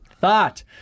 thought